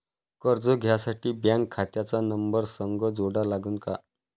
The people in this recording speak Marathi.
कर्ज घ्यासाठी बँक खात्याचा नंबर संग जोडा लागन का?